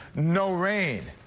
no rain.